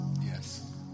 Yes